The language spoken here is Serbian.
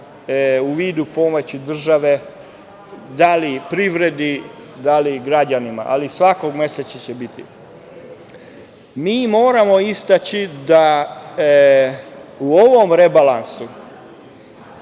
u vidu pomoći države, da li privredi, da li građanima, ali svakog meseca će biti. Mi moramo istaći da u ovom rebalansu